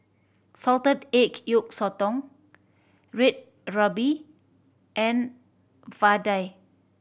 salted age yolk sotong Red Ruby and vadai